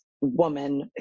woman